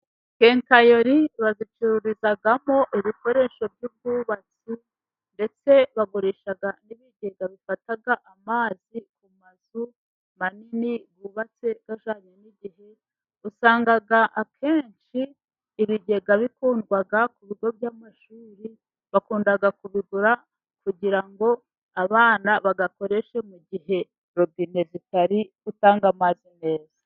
Kenkayori bazicururizamo ibikoresho by'ubwubatsi, ndetse bagurisha n'ibigega bifata amazi ku mazu manini bubatse ajyanye n'igihe, usanga akenshi ibigega bikundwa ku bigo by'amashuri, bakunda kubigura, kugira ngo abana babikoreshe, mu gihe robine zitari kutanga amazi meza.